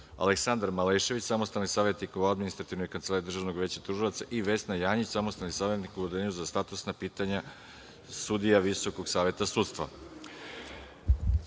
Aleksandar Malešević, samostalni savetnik u administrativnoj kancelariji Državnog veća tužilaca i Vesna Janjić, samostalni savetnik u Odeljenju za statusna pitanja sudija Visokog saveta sudstva. Saglasno